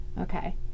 Okay